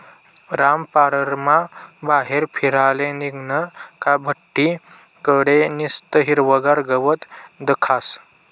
रामपाररमा बाहेर फिराले निंघनं का बठ्ठी कडे निस्तं हिरवंगार गवत दखास